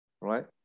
right